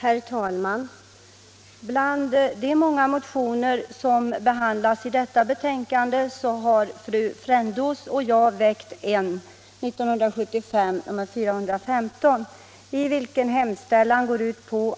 Herr talman! Bland de många motioner som behandlas i detta betänkande har fru Frändås och jag väckt en, 1975:415, i vilken hemställs